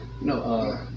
no